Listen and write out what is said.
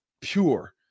pure